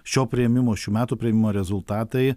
šio priėmimo šių metų priėmimo rezultatai